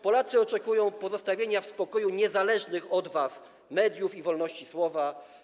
Polacy oczekują pozostawienia w spokoju niezależnych od was mediów i wolności słowa.